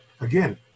Again